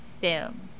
film